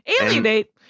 Alienate